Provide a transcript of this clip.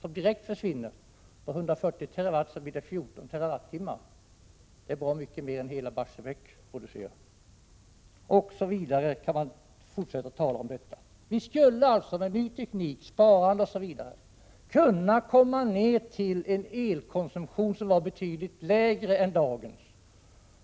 På 140 TWh blir det mer än 14 TWh som försvinner. Det är bra mycket mer än vad hela Barsebäck producerar. Med ny teknik, sparande osv. skulle vi kunna komma ner till en elkonsumtion som var betydligt lägre än dagens.